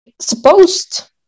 supposed